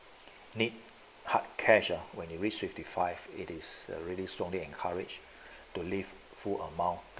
need hard cash ah when you reach fifty five it is really strongly encouraged to leave full amount